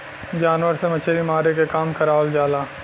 जानवर से मछरी मारे के काम करावल जाला